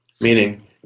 meaning